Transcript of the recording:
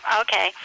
Okay